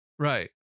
Right